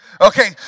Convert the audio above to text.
Okay